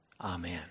Amen